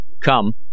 Come